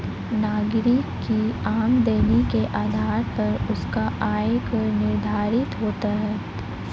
नागरिक की आमदनी के आधार पर उसका आय कर निर्धारित होता है